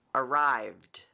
arrived